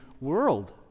world